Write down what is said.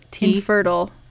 infertile